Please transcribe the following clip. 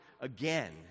again